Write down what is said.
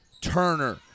Turner